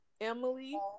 Emily